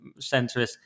centrists